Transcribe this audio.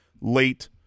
late